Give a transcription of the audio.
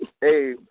Hey